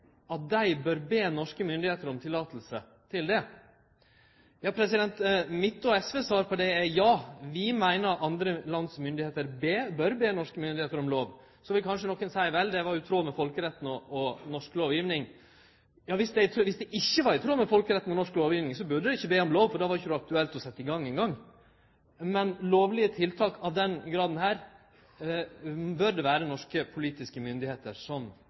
at dei bør be norske myndigheiter om lov til det? Mitt og SVs svar på det er ja. Vi meiner andre lands myndigheiter bør be norske myndigheiter om lov. Så vil kanskje nokon seie: Vel, det var i tråd med folkeretten og norsk lovgjeving. Ja, dersom det ikkje var i tråd med folkeretten og norsk lovgjeving, burde dei ikkje be om lov, for då var det ikkje eingong aktuelt å setje i gang. Men lovlege tiltak av denne graden burde det vere norske politiske myndigheiter som